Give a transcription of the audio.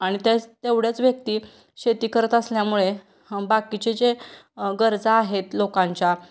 आणि त्याच तेवढ्याच व्यक्ती शेती करत असल्यामुळे बाकीचे जे गरजा आहेत लोकांच्या